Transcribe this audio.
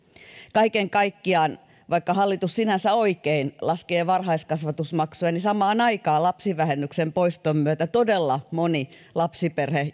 kaiken kaikkiaan lukuisilla lapsiperheillä vaikka hallitus sinänsä oikein laskee varhaiskasvatusmaksuja samaan aikaan lapsivähennyksen poiston myötä todella moni lapsiperhe